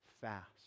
fast